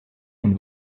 und